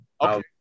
Okay